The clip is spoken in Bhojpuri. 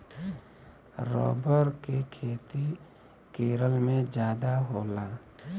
रबर के खेती केरल में जादा होला